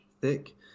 thick